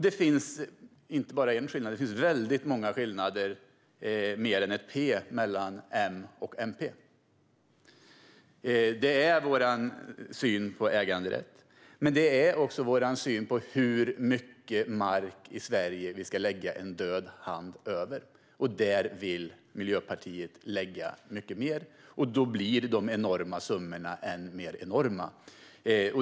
Det finns väldigt många fler skillnader än ett "P" mellan M och MP. Det gäller vår syn på äganderätten, men det gäller också vår syn på hur mycket mark i Sverige som vi ska lägga en död hand över. Där vill Miljöpartiet ha mycket mer, vilket innebär att de enorma summorna blir ännu mer enorma.